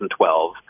2012